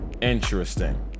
interesting